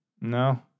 No